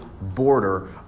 border